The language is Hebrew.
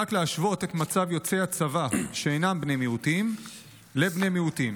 הוחלט להשוות את מצב יוצאי הצבא שאינם בני מיעוטים לשל בני מיעוטים,